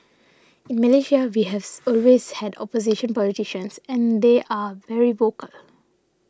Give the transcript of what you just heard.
in Malaysia we has always had opposition politicians and they are very vocal